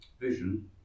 vision